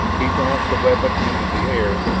he tossed the weapon into the air,